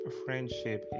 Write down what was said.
friendship